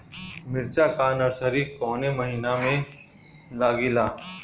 मिरचा का नर्सरी कौने महीना में लागिला?